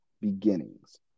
beginnings